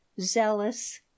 zealous